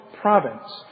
province